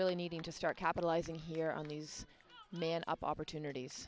really needing to start capitalizing here on these man up opportunities